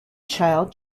child